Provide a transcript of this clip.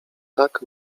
tak